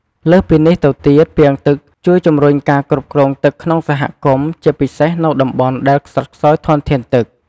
លើសពីនេះទៅទៀត ពាងទឹក ជួយជំរុញការគ្រប់គ្រងទឹកក្នុងសហគមន៍ ជាពិសេសនៅតំបន់ដែលខ្សត់ខ្សោយធនធានទឹក។